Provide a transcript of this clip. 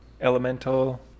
elemental